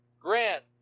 Grant